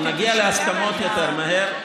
אם נגיע להסכמות יותר מהר,